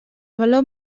valor